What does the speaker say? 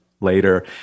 later